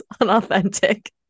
unauthentic